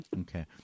Okay